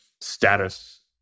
status